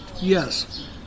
Yes